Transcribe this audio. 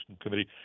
Committee